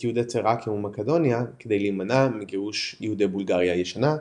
את יהודי תראקיה ומקדוניה כדי להימנע מגירוש יהודי "בולגריה הישנה",